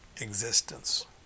existence